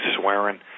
swearing